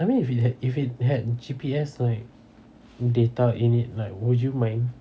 I mean if it had if had G_P_S like data in it like would you mind